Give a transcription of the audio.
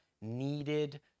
needed